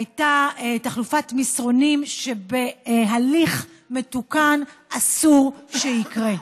הייתה חלופת מסרונים שבהליך מתוקן אסור שתקרה.